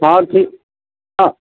ହଁ ଠିକ୍ ହଁ